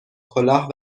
کلاه